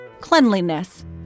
cleanliness